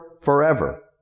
forever